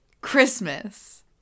Christmas